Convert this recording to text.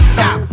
Stop